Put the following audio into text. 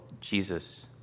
Jesus